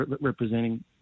representing